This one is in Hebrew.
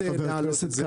חבר הכנסת,